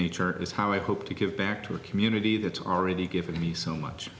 nature is how i hope to give back to a community that's already given me so much